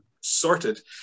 sorted